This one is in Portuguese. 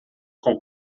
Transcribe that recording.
com